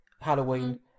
Halloween